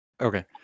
Okay